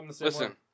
Listen